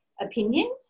opinion